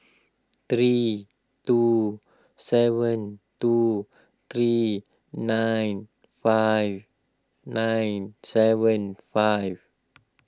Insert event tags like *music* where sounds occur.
three two seven two three nine five nine seven five *noise*